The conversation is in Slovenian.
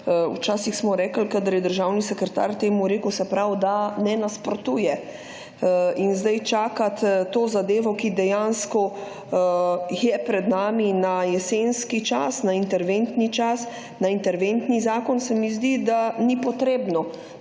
Včasih smo rekli, kadar je državni sekretar temu rekel, se pravi, da ne nasprotuje in zdaj čakati to zadevo, ki dejansko je pred nami na jesenski čas, na interventni čas, na interventni zakon se mi zdi, da ni potrebno,